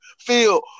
feel